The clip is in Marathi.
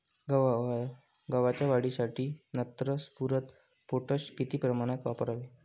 गव्हाच्या वाढीसाठी नत्र, स्फुरद, पोटॅश किती प्रमाणात वापरावे?